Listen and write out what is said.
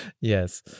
yes